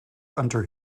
under